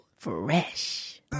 fresh